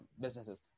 businesses